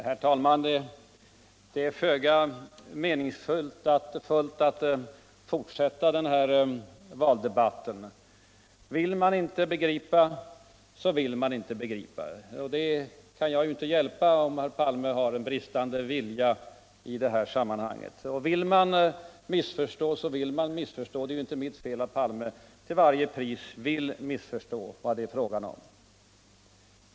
Herr talman! Det är föga meningsfullt att fortsätta den här valdebatten. Vill man inte begripa så vill man inte begripa. Och jag kan inte hjälpa om herr Palme har en bristande vilja i det här sammanhanget. Och vill man missförstå så vill man missförstå. Det är ju inte mitt fel att herr Palme till varje pris vill missförstå vad det är fråga om.